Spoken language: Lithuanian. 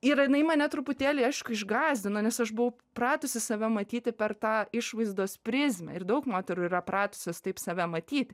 ir jinai mane truputėlį aišku išgąsdino nes aš buvau pratusi save matyti per tą išvaizdos prizmę ir daug moterų yra pratusios taip save matyti